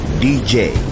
DJ